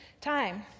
time